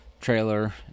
trailer